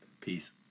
Peace